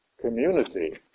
community